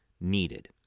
needed